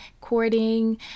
courting